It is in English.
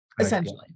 essentially